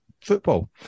football